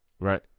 right